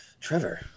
Trevor